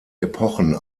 epochen